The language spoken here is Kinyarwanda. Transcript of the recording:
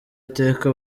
iteka